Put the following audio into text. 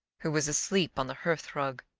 who was asleep on the hearthrug.